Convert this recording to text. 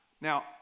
Now